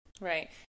Right